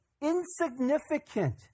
insignificant